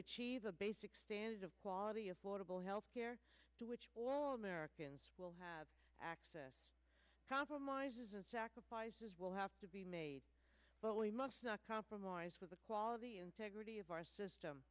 achieve a basic standards of quality affordable health care to which all americans will have access to compromises and sacrifices will have to be made but we must not compromise with the quality integrity of our system